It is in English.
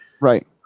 Right